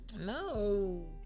No